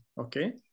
Okay